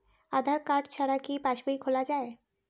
আধার card ছাড়া কি পাসবই খোলা যায়?